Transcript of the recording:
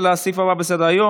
בעד, 14, אין מתנגדים.